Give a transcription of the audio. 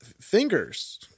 fingers